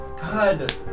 God